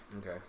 Okay